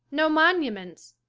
no monuments.